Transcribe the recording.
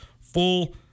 full